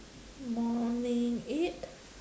morning eight